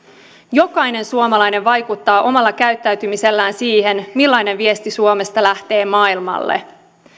jokainen suomalainen vaikuttaa omalla käyttäytymisellään siihen millainen viesti suomesta lähtee maailmalle